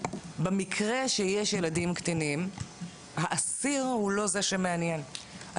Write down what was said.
במקרה שיש ילדים קטינים האסיר הוא לא זה שמעניין,